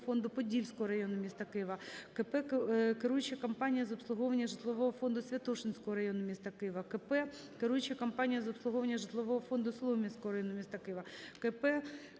КП "Керуюча компанія з обслуговування житлового фонду Святошинського району міста Києва",